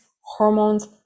hormones